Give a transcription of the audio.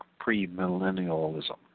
premillennialism